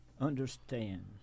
understand